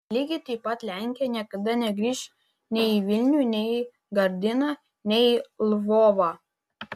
lygiai taip pat lenkija niekada negrįš nei į vilnių nei į gardiną nei į lvovą